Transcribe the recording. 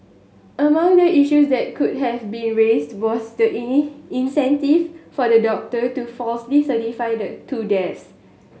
among the issues that could have been raised was the incentive for the doctor to falsely certify the two deaths